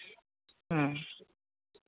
ᱦᱮᱸ